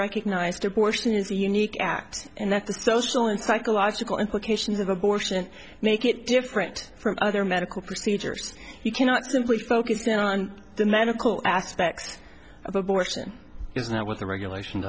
recognized abortion is a unique act and that the social and psychological implications of abortion make it different from other medical procedures you cannot simply focus in on the medical aspects of abortion is not what the regulations